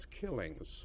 killings